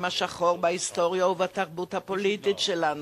השחור בהיסטוריה ובתרבות הפוליטית שלנו.